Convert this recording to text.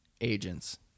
agents